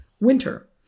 winter